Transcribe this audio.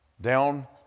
down